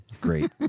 great